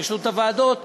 לרשות הוועדות,